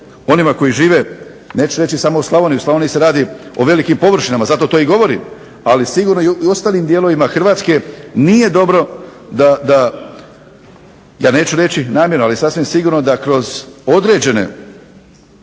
onima koji žive neću reći samo u Slavoniji, u Slavoniji se radi o velikim površinama, zato to i govorim, ali sigurno i u ostalim dijelovima Hrvatske nije dobro da ja neću reći namjerno ali sasvim sigurno da kroz određene